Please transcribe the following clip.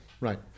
right